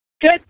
Good